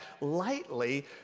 lightly